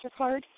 MasterCard